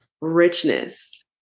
richness